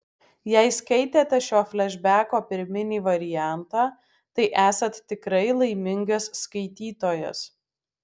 jei skaitėte šio flešbeko pirminį variantą tai esat tikrai laimingas skaitytojas